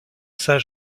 saint